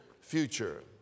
future